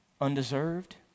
undeserved